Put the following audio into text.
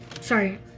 sorry